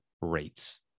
rates